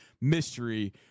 mystery